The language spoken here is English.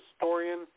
historian